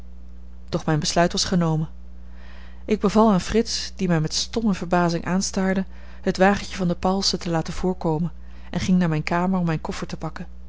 doch mijn besluit was genomen ik beval aan frits die mij met stomme verbazing aanstaarde het wagentje van de pauwelsen te laten voorkomen en ging naar mijne kamer om mijn koffer te pakken